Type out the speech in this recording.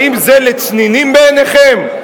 האם זה לצנינים בעיניכם?